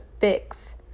fix